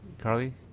Carly